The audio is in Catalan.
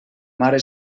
mare